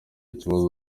ikibazo